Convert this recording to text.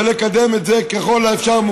ולקדם את זה מוקדם ככל האפשר.